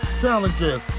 Challenges